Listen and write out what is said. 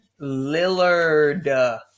Lillard